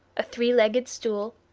a three-legged stool,